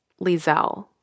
Lizelle